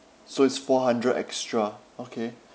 so it's four hundred extra okay